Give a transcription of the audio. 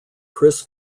chris